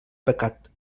pecat